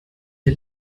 der